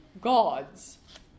gods